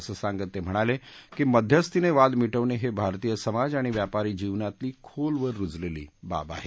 असं सांगत ते म्हणाले की मध्यस्थीने वाद मिटवणे हे भारतीय समाज आणि व्यापारी जीवनातली खोलवर रुजलेली बाब आहे